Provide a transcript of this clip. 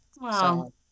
Wow